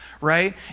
right